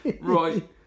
right